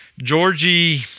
Georgie